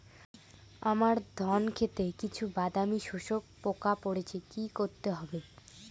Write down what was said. আমার ধন খেতে কিছু বাদামী শোষক পোকা পড়েছে কি করতে হবে?